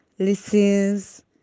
Listens